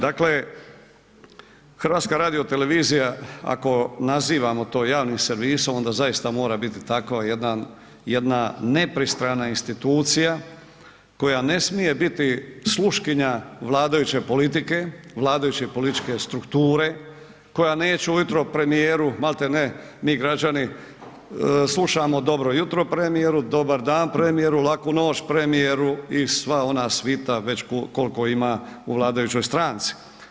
Dakle, HTV ako nazivamo to javnim servisom onda zaista mora biti takva jedna nepristrana institucija koja ne smije biti sluškinja vladajuće politike, vladajuće političke strukture, koja neće ujutro premijeru maltene, mi građani slušamo dobro jutro premijeru, dobar dan premijeru, laknu noć premijeru i sva ona svita već koliko ima u vladajućoj stranci.